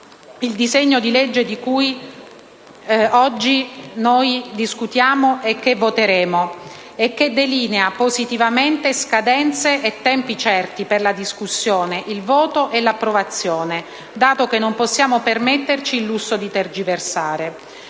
il disegno di legge che oggi discutiamo e voteremo, il quale delinea, positivamente, scadenze e tempi certi per la discussione, il voto e l'approvazione, dato che non possiamo permetterci il lusso di tergiversare.